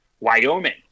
Wyoming